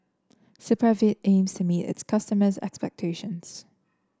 Supravit aims to meet its customers' expectations